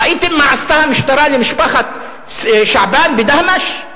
ראיתם מה עשתה המשטרה למשפחת שעבאן בדהמש?